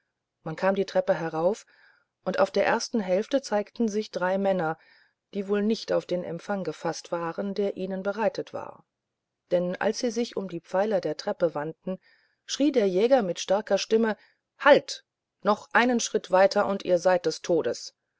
man kam die treppe herauf und auf der ersten hälfte zeigten sich drei männer die wohl nicht auf den empfang gefaßt waren der ihnen bereitet war denn als sie sich um die pfeiler der treppe wandten schrie der jäger mit starker stimme halt noch einen schritt weiter und ihr seid des todes